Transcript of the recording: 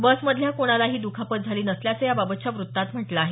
बसमधल्या कोणालाही दुखापत झाली नसल्याचं याबाबतच्या वृत्तात म्हटलं आहे